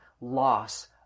loss